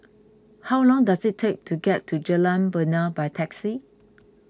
how long does it take to get to Jalan Bena by taxi